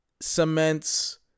cements